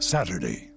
Saturday